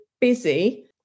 busy